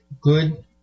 Good